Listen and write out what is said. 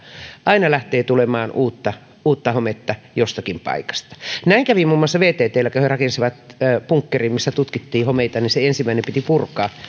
aina lähtee tulemaan uutta uutta hometta jostakin paikasta näin kävi muun muassa vttllä kun he rakensivat bunkkerin missä tutkittiin homeita niin se ensimmäinen piti purkaa